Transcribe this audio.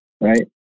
right